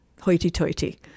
hoity-toity